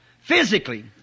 Physically